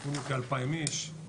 נפגעו כ-2,000 איש.